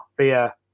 via